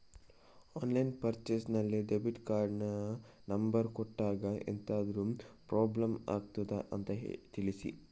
Online purchase ನಲ್ಲಿ debit ಕಾರ್ಡಿನ number ಕೊಟ್ಟಾಗ ಏನಾದರೂ ಪ್ರಾಬ್ಲಮ್ ಆಗುತ್ತದ ಅಂತ ತಿಳಿಸಿ?